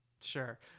Sure